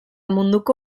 munduko